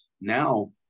Now